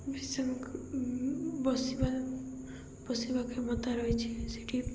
ବିଷ ବସିବା ବସିବା କ୍ଷମତା ରହିଛି ସେଠି